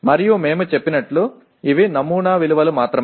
మరియు మేము చెప్పినట్లు ఇవి నమూనా విలువలు మాత్రమే